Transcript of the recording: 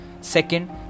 Second